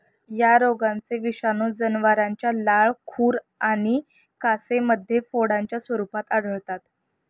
या रोगाचे विषाणू जनावरांच्या लाळ, खुर आणि कासेमध्ये फोडांच्या स्वरूपात आढळतात